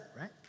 right